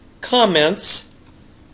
Comments